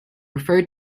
referred